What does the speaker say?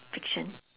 fiction